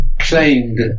claimed